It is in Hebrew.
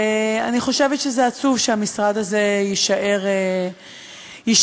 ואני חושבת שזה עצוב שהמשרד הזה יישאר כך,